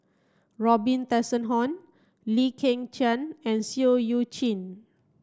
Robin Tessensohn Lee Kong Chian and Seah Eu Chin